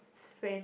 friends